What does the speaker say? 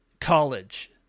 college